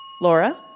Laura